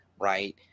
right